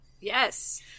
Yes